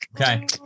Okay